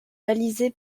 balisé